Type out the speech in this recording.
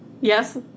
Yes